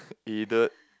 uh aided